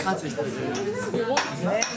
עם ההגנות, בסדר.